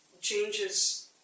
changes